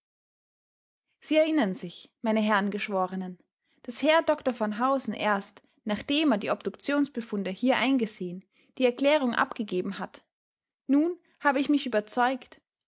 sie erinnern sich meine herren geschworenen daß herr dr van housen erst nachdem er die obduktionsbefunde hier eingesehen die erklärung abgegeben hat nun habe ich mich überzeugt